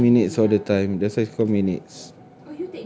I do minutes all the time that's why it's called minutes